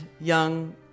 young